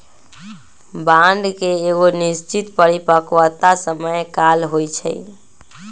bond के एगो निश्चित परिपक्वता समय काल होइ छइ